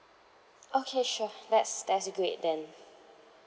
okay sure that's that's great then